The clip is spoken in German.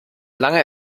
lange